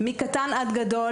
מקטן עד גדול,